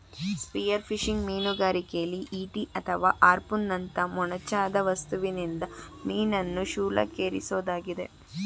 spearfishing ಮೀನುಗಾರಿಕೆಲಿ ಈಟಿ ಅಥವಾ ಹಾರ್ಪೂನ್ನಂತ ಮೊನಚಾದ ವಸ್ತುವಿನೊಂದಿಗೆ ಮೀನನ್ನು ಶೂಲಕ್ಕೇರಿಸೊದಾಗಿದೆ